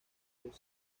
los